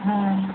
হ্যাঁ